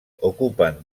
ocupen